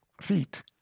feet